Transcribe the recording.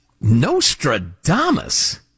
Nostradamus